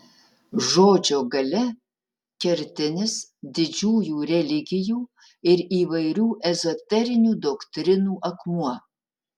žodžio galia kertinis didžiųjų religijų ir įvairių ezoterinių doktrinų akmuo